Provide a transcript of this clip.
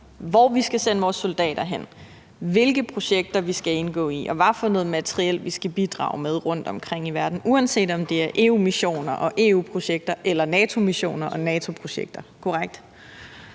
hvor vi skal sende vores soldater hen, hvilke projekter vi skal indgå i, og hvad for noget materiel vi skal bidrage med rundtomkring i verden, uanset om det er EU-missioner og EU-projekter eller NATO-missioner og NATO-projekter